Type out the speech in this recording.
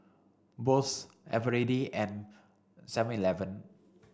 Bose Eveready and seven eleven